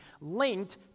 linked